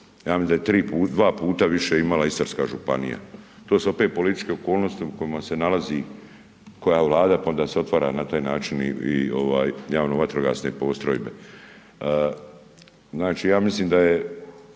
ja mislim da 3 puta, 2 puta više imala Istarska županija. To su opet političke okolnosti u kojima se nalazi koja vlada pa onda se otvara na taj način i ovaj javno vatrogasne postrojbe